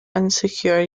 insecure